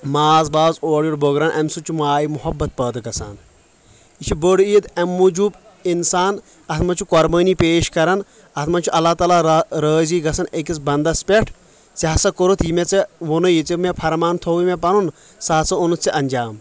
ماز واز اور یور بٲگراوان امہِ سۭتۍ چھُ ماے محبت پٲدٕ گژھان یہِ چھِ بٔڑ عید امہِ موٗجوٗب انسان اتھ منٛز چھُ قۄربٲنی پیش کران اتھ منٛز چھُ اللہ تعالیٰ را رٲضی گژھن أکِس بنٛدس پٮ۪ٹھ ژےٚ ہسا کوٚرُتھ یہِ مےٚ ژےٚ ووٚنے یہِ مےٚ ژےٚ فرمان تھوٚوٕے مےٚ پنُن سُہ ہسا اوٚنتھ ژےٚ انجام